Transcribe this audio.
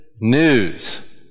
news